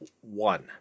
one